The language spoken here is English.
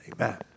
Amen